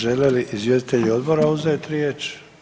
Žele li izvjestitelji odbora uzeti riječ?